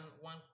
One